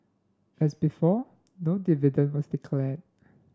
as before no dividend was declared